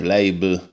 Label